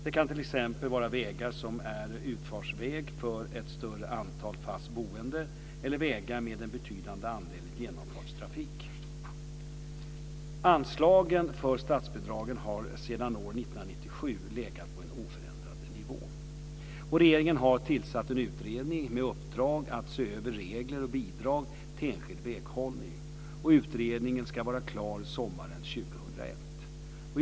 Det kan t.ex. vara vägar som är utfartsväg för ett större antal fast boende eller vägar med en betydande andel genomfartstrafik. Anslagen för statsbidragen har sedan år 1997 legat på en oförändrad nivå. Utredningen ska vara klar sommaren 2001.